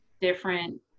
different